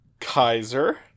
Kaiser